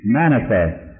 manifest